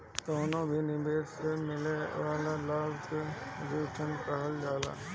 कवनो भी निवेश से मिले वाला लाभ के रिटर्न कहल जाला